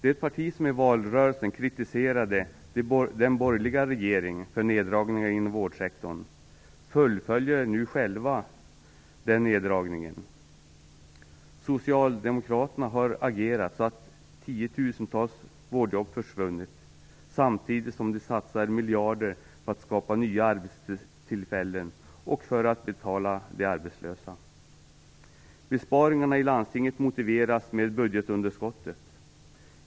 Det parti som i valrörelsen kritiserade den borgerliga regeringen för neddragningar inom vårdsektorn fullföljer nu självt de neddragningarna. Socialdemokraterna har agerat så att tiotusentals vårdjobb försvunnit samtidigt som de satsar miljarder på att skapa nya arbetstillfällen och för att betala de arbetslösa. Besparingarna i landstingen motiveras med budgetunderskottet.